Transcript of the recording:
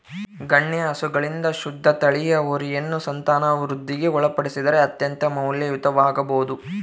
ಗಣ್ಯ ಹಸುಗಳಿಂದ ಶುದ್ಧ ತಳಿಯ ಹೋರಿಯನ್ನು ಸಂತಾನವೃದ್ಧಿಗೆ ಒಳಪಡಿಸಿದರೆ ಅತ್ಯಂತ ಮೌಲ್ಯಯುತವಾಗಬೊದು